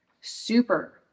super